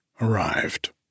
arrived